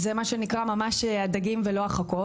זה מה שנקרא ממש 'הדגים ולא החכות',